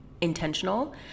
intentional